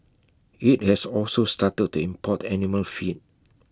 IT has also started to import animal feed